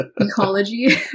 ecology